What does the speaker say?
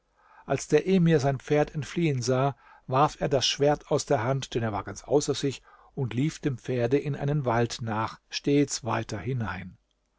als der emir sein pferd entfliehen sah warf er das schwert aus der hand denn er war ganz außer sich und lief dem pferde in einen wald nach stets weiter hinein